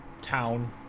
town